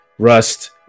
rust